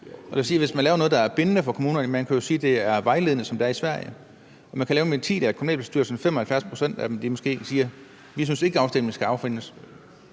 Hvis man laver noget, der er bindende for kommunerne, kan man jo sige, at det er vejledende, som det er i Sverige. Man kan lave en ventil, altså at 75 pct. af kommunalbestyrelsen måske siger, at de ikke synes, afstemningen skal afholdes.